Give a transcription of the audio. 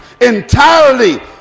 entirely